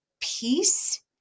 peace